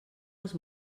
els